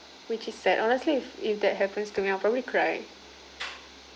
which is sad honestly if if that happens to me I'll probably cry